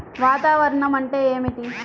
వాతావరణం అంటే ఏమిటి?